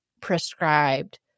prescribed